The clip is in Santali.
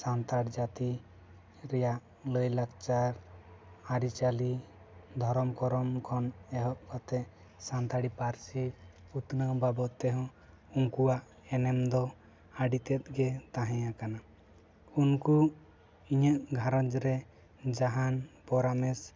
ᱥᱟᱱᱛᱷᱟᱲ ᱡᱟᱹᱛᱤ ᱨᱮᱭᱟᱜ ᱞᱟᱭ ᱞᱟᱠᱪᱟᱨ ᱟᱹᱨᱤ ᱪᱟᱹᱞᱤ ᱫᱷᱚᱨᱚᱢ ᱠᱚᱨᱚᱢ ᱠᱷᱚᱱ ᱮᱦᱚᱵ ᱠᱟᱛᱮ ᱥᱟᱱᱛᱟᱲᱤ ᱯᱟᱹᱨᱥᱤ ᱩᱛᱱᱟᱹᱣ ᱵᱟᱵᱟᱛ ᱛᱮᱦᱚᱸ ᱩᱱᱠᱩᱣᱟᱜ ᱮᱱᱮᱢ ᱫᱚ ᱟᱹᱰᱤ ᱛᱮᱫ ᱜᱮ ᱛᱟᱦᱮᱸᱭᱟᱠᱟᱱᱟ ᱩᱱᱠᱩ ᱤᱧᱟᱹᱜ ᱜᱷᱟᱨᱚᱸᱡᱽ ᱨᱮ ᱡᱟᱦᱟᱱ ᱯᱚᱨᱟᱢᱮᱥ